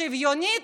שוויונית,